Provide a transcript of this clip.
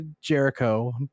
jericho